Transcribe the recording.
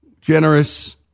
Generous